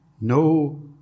no